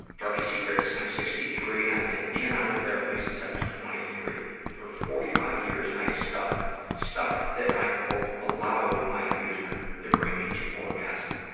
darkest secrets. i'm sixty three and i've been in and out of therapy since i was twenty three. for forty five years, i stuffed stuffed that i, quote, allowed my abuser to bring me to orgasm.